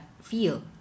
feel